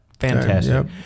fantastic